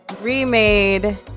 remade